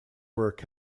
work